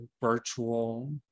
virtual